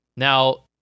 Now